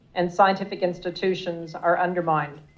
and scientific institutions are undermined.